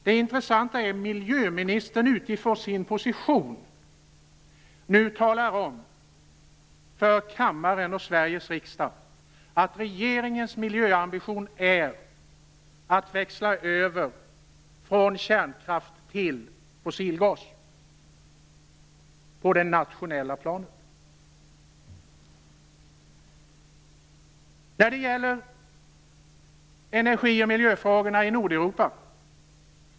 Det intressanta är att miljöministern utifrån sin position nu talar om för kammaren och Sveriges riksdag att regeringens miljöambition är att man skall växla över från kärnkraft till fossilgas på det nationella planet. Vi begränsar inte debatten om energi och miljöfrågorna i Nordeuropa.